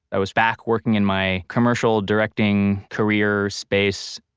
i was back working in my commercial directing career space.